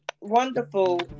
wonderful